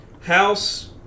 House